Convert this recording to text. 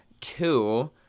Two